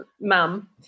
mum